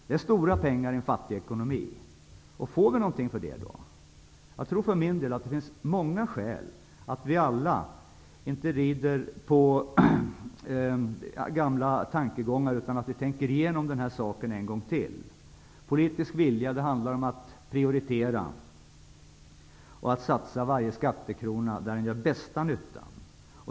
Det är stora pengar i en fattig ekonomi. Får vi någonting för detta då? Jag tror för min del att det finns många skäl för oss alla att inte rida på gamla tankegångar, utan vi får tänka igenom den här saken en gång till. Politisk vilja handlar om att prioritera och att satsa varje skattekrona där den gör bästa nyttan.